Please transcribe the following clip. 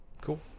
Cool